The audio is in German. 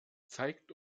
zeigt